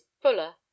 fuller